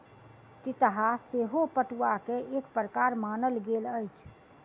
तितहा सेहो पटुआ के एक प्रकार मानल गेल अछि